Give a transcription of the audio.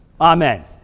Amen